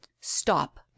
stop